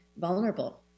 vulnerable